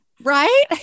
right